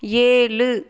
ஏழு